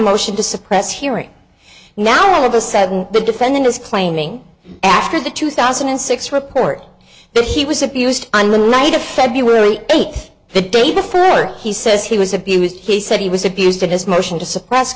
motion to suppress hearing now all of a sudden the defendant is claiming after the two thousand and six report that he was abused on the night of february eighth the day before her he says he was abused he said he was abused in his motion to suppress